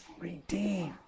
redeemed